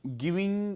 giving